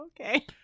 okay